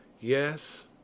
Yes